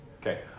Okay